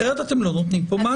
אחרת אתם לא נותנים פה מענה.